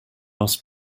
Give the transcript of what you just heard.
ask